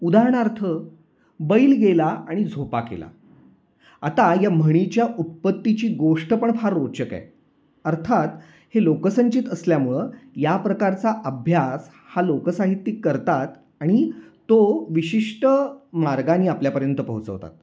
उदाहरणार्थ बैल गेला आणि झोपा केला आता या म्हणीच्या उत्पत्तीची गोष्ट पण फार रोचक आहे अर्थात हे लोकसंचित असल्यामुळं या प्रकारचा अभ्यास हा लोक साहित्यिक करतात आणि तो विशिष्ट मार्गांनी आपल्यापर्यंत पोहोचवतात